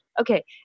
Okay